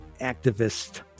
activist